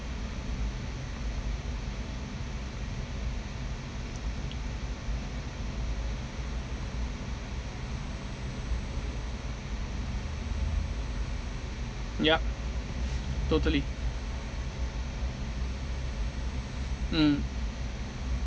ya totally mm